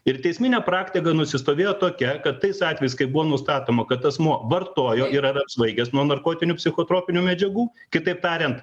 ir teisminė praktika nusistovėjo tokia kad tais atvejais kai buvo nustatoma kad asmuo vartojo ir ar apsvaigęs nuo narkotinių psichotropinių medžiagų kitaip tariant